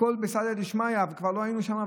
הכול בסייעתא דשמיא, כבר לא היינו שם.